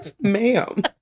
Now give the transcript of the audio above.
ma'am